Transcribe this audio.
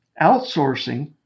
outsourcing